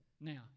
Now